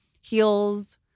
Heels